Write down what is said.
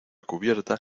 cubierta